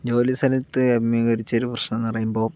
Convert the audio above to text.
ജോലിസലത്ത് അഭിമുഖീകരിച്ച ഒരു പ്രശ്നമെന്ന് പറയുമ്പോൾ